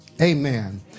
Amen